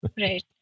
Right